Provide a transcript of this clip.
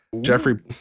Jeffrey